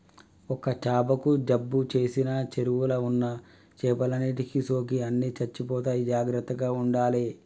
ఒక్క చాపకు జబ్బు చేసిన చెరువుల ఉన్న చేపలన్నిటికి సోకి అన్ని చచ్చిపోతాయి జాగ్రత్తగ ఉండాలే